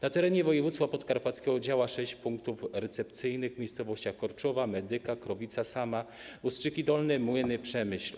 Na terenie województwa podkarpackiego działa sześć punktów recepcyjnych w miejscowościach: Korczowa, Medyka, Krowica Sama, Ustrzyki Dolne, Młyny, Przemyśl.